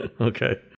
Okay